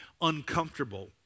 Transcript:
uncomfortable